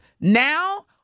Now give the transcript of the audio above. now